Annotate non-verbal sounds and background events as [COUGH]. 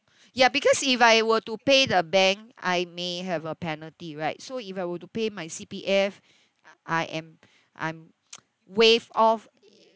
ya because if I were to pay the bank I may have a penalty right so if I were to pay my C_P_F I am I'm [NOISE] waive off